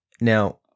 Now